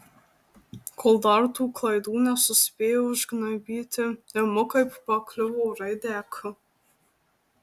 kol dar tų klaidų nesuspėjo išgnaibyti imu kaip pakliuvo raidę k